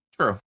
True